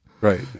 Right